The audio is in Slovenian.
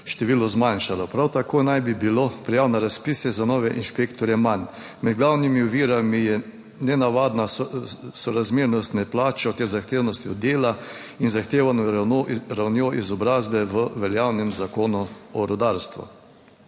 število zmanjšalo, prav tako naj bi bilo prijav na razpise za nove inšpektorje manj. Med glavnimi ovirami je nenavadna sorazmernost med plačo ter zahtevnostjo dela in zahteva ravnjo izobrazbe v veljavnem Zakonu o rudarstvu.